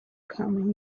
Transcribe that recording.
common